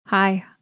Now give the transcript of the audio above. Hi